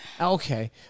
Okay